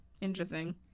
Interesting